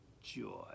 joy